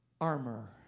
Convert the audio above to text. armor